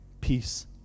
peace